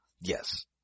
Yes